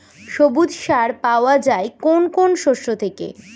সবুজ সার পাওয়া যায় কোন কোন শস্য থেকে?